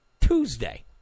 Tuesday